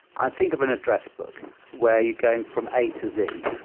ah think of an address book where you're going from a to z.